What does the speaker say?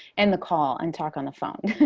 and the call and talk on the phone.